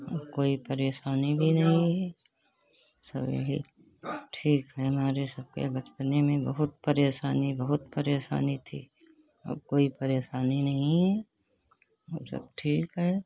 और कोई परेशानी भी नहीं है सब यही ठीक है हमारे सब के बचपने में बहुत परेशानी बहुत परेशानी थी अब कोई परेशानी नहीं है अब सब ठीक है